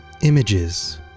images